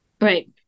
Right